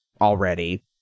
already